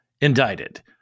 indicted